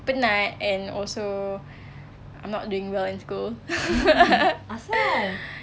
penat and also I'm not doing well in school